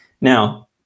Now